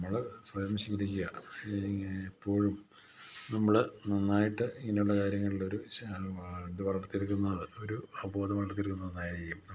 നമ്മൾ സ്വയം ശീലിക്കുക ഇങ്ങനെ എപ്പോഴും നമ്മൾ നന്നായിട്ട് ഇങ്ങനെയുള്ള കാര്യങ്ങളിൽ ഒരു ഇതു വളർത്തിയെടുക്കുന്നത് ഒരു അവബോധം വളർത്തിയെടുക്കുന്നത് നന്നായിരിക്കും